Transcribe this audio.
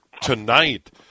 tonight